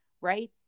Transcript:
right